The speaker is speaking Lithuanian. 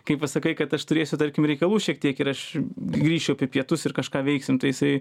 kai pasakai kad aš turėsiu tarkim reikalų šiek tiek ir aš grįšiu apie pietus ir kažką veiksim tai jisai